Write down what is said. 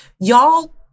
y'all